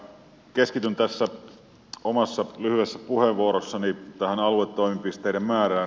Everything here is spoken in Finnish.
keskityn tässä omassa lyhyessä puheenvuorossani tähän aluetoimipisteiden määrään